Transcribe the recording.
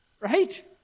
right